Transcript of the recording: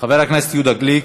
חבר הכנסת יהודה גליק,